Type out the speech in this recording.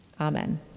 Amen